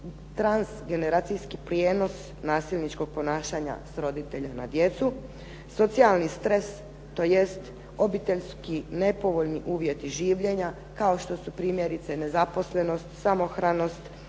trans generacijski prijenos nasilničkog ponašanja s roditelja na djecu, socijalni stres, tj. obiteljski nepovoljni uvjeti življenja kao što su primjerice nezaposlenost, samohranost,